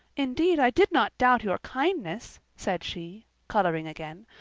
indeed, i did not doubt your kindness, said she, colouring again,